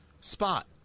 spot